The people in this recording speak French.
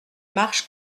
marche